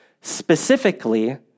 Specifically